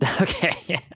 Okay